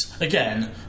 again